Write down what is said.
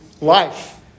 life